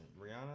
Rihanna